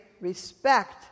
respect